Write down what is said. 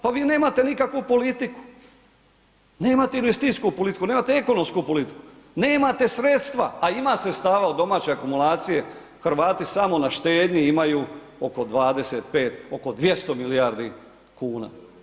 Pa vi nemate nikakvu politiku, nemate investicijsku politiku, nemate ekonomsku politiku, nemate sredstva, a ima sredstava u domaćoj akumulaciji, Hrvati samo na štednji imaju oko 25, oko 200 milijardi kuna.